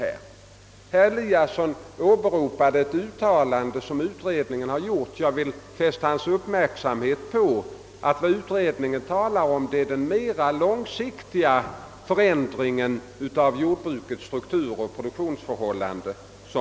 Herr Eliasson i Moholm återgav ett uttalande som utredningen gjort, men jag vill fästa hans uppmärksamhet på att utredningen åsyftar en mera långsiktig förändring av jordbrukets struktur och produktionsförhållanden.